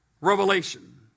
Revelation